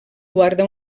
guarda